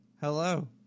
Hello